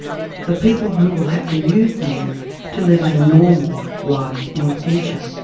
the people who will have to use them to live a normal life in the future?